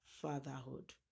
fatherhood